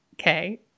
Okay